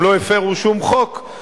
הם לא הפירו שום חוק,